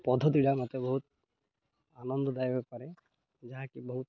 ପଦ୍ଧତିଟା ମୋତେ ବହୁତ ଆନନ୍ଦଦାୟକ କରେ ଯାହାକି ବହୁତ